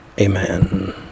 amen